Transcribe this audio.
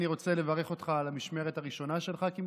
אני רוצה לברך אותך על המשמרת הראשונה שלך כאן,